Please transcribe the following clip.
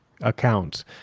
accounts